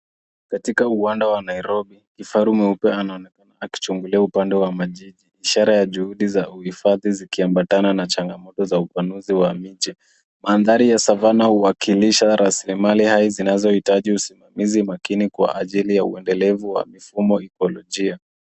Katika uwanda wa Nairobi, kifaru mweupe anaonekana akichungulia upande wa majuu ishara ya uhifadhi ukiambatana na changamoto za upanuzi wa mji. Mandhari ya savanna huakilisha rasilmali hayo zinazohitaji hizi makini kwa ajili ya uangalifu wa mfumo wa teknolojia.